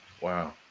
Wow